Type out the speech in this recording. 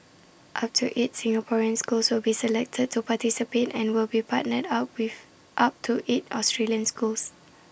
up to eight Singaporean schools will be selected to participate and will be partnered up with up to eight Australian schools